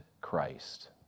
Christ